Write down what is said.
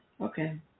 Okay